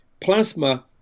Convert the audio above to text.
Plasma